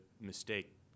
mistake